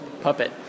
puppet